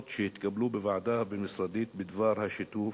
שהתקבלו בוועדה הבין-משרדית בדבר שיתוף